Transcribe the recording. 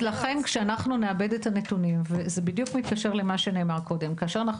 זה בדיוק מתקשר למה שנאמר קודם: כאשר אנחנו